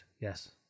yes